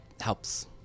helps